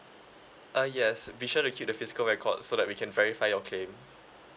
uh yes be sure to keep the physical record so that we can verify your claim